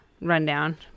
rundown